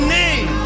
name